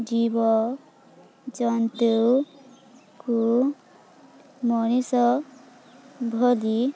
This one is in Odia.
ଜୀବଜନ୍ତୁକୁ ମଣିଷ ଭଳି